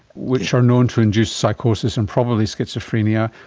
which are known to induce psychosis and probably schizophrenia,